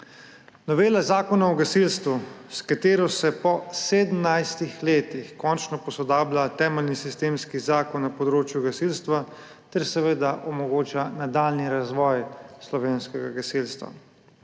Novela Zakona o gasilstvu, s katero se po 17 letih končno posodablja temeljni sistemski zakon na področju gasilstva ter omogoča nadaljnji razvoj slovenskega gasilstva.